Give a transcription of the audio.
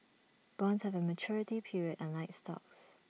bonds have A maturity period unlike stocks